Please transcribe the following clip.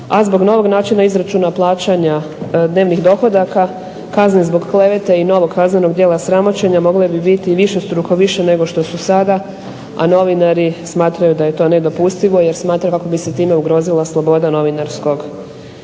a zbog novog načina izračuna plaćanja dnevnih dohodaka, kazne zbog klevete i novog kaznenog djela sramoćenja mogle bi biti i višestruko više nego što su sada a novinari smatraju da je to nedopustivo jer smatraju kako bi se time ugrozila sloboda novinarskog